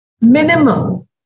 minimum